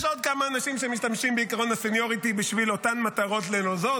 יש עוד כמה אנשים שמשתמשים בעקרון הסניוריטי בשביל אותן מטרות נלוזות,